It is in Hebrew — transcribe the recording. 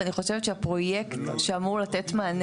ואני חושבת שהפרויקט שאמור לתת מענה